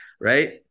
right